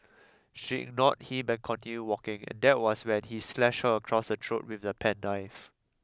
she ignored him and continued walking and there was when he slashed her across the throat with the penknife